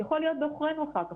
יכול להיות בעוכרינו אחר כך,